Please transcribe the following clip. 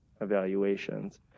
evaluations